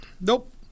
Nope